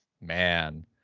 man